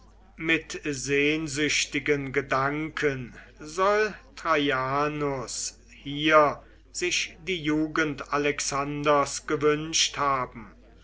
mit sehnsüchtigen gedanken soll traianus hier sich die jugend alexanders gewünscht haben